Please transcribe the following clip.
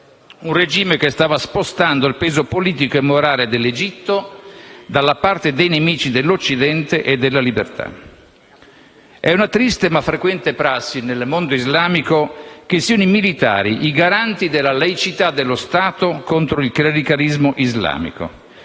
un regime che stava spostando il peso politico e morale dell'Egitto dalla parte dei nemici dell'Occidente e della libertà. È una triste, ma frequente prassi nel mondo islamico che siano i militari i garanti della laicità dello Stato contro il clericalismo islamico.